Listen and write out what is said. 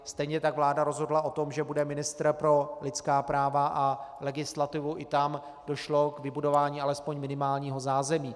Stejně tak vláda rozhodla o tom, že bude ministr pro lidská práva a legislativu i tam došlo k vybudování alespoň minimálního zázemí.